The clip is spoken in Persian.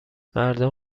مردم